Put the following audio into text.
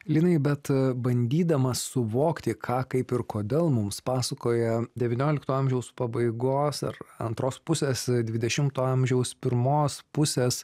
linai bet bandydamas suvokti ką kaip ir kodėl mums pasakoja devyniolikto amžiaus pabaigos ar antros pusės dvidešimto amžiaus pirmos pusės